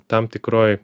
tam tikroj